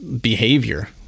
behavior